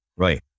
Right